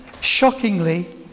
shockingly